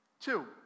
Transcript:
Two